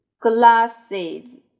Glasses